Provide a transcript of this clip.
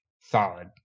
solid